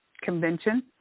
convention